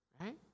Right